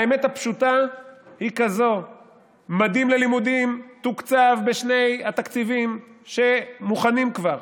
האמת הפשוטה היא כזאת: ממדים ללימודים תוקצב בשני התקציבים שמוכנים כבר.